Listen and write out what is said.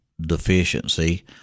deficiency